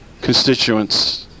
constituents